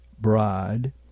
bride